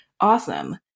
awesome